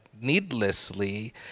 needlessly